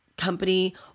company